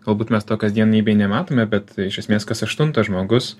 galbūt mes to kasdienybėj nematome bet iš esmės kas aštuntas žmogus